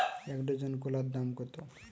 এক ডজন কলার দাম কত?